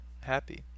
happy